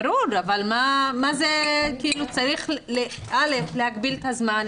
ברור, אבל צריך להגביל את הזמן.